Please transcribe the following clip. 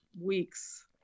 weeks